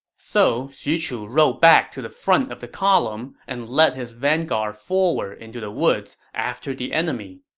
so xu chu rode back to the front of the column and led his vanguard forward into the woods after the enemy.